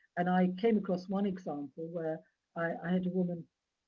and i came across one example where i had a woman,